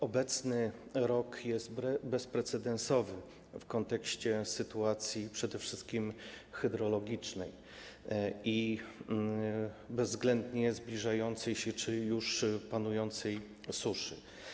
Obecny rok jest bezprecedensowy w kontekście sytuacji przede wszystkim hydrologicznej i bezwzględnie zbliżającej się czy już panującej suszy.